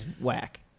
whack